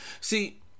See